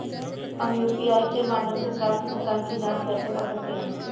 हम यू.पी.आई के माध्यम से प्राप्त भुगतान की जॉंच कैसे कर सकते हैं?